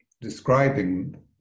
describing